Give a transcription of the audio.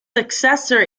successor